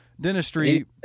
Dentistry